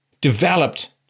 developed